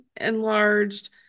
enlarged